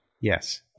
Yes